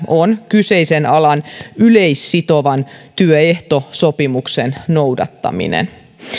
on kyseisen alan yleissitovan työehtosopimuksen noudattaminen